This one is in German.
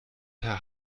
per